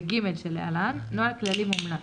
ו-(ג) שלהלן, נוהל כללי מומלץ.